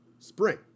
spring